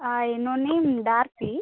என்னோடய நேம் டார்த்தி